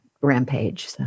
rampage